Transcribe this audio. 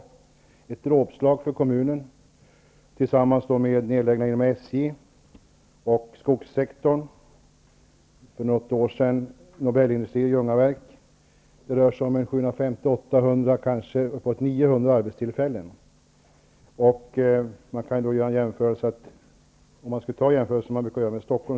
Det är ett dråpslag för kommunen, tillsammans med nedläggningen inom SJ och skogssektorn och för något år sedan Nobelindustrier/Ljungaverk. Det rör sig om 750-- 800, kanske uppåt 900 arbetstillfällen. Man kan göra en jämförelse med Stockholm.